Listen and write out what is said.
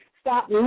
Stop